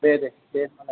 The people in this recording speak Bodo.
दे दे दे होमबालाय